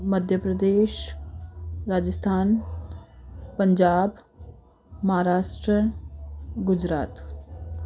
Madhya Pradesh Rajasthan Punjab Maharashtra Gujarat